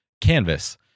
canvas